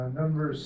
number